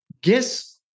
guess